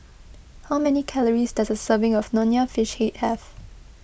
how many calories does a serving of Nonya Fish Head have